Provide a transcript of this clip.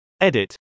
Edit